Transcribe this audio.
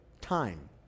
time